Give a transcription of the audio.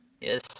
Yes